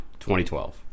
2012